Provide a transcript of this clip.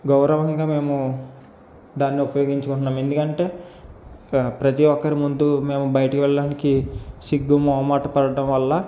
గౌరవంగా మేము దాన్ని ఉపయోగించుకుంటున్నాం ఎందుకంటే ప్రతీ ఒక్కరిముందు మేము బయటకి వెళ్ళడానికి సిగ్గు మొహమాటం పడడం వల్ల